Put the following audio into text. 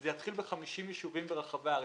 זה יתחיל ב-50 יישובים ברחבי הארץ.